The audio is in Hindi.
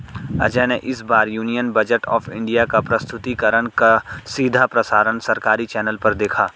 अजय ने इस बार यूनियन बजट ऑफ़ इंडिया का प्रस्तुतिकरण का सीधा प्रसारण सरकारी चैनल पर देखा